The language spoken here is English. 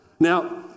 Now